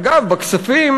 אגב, בכספים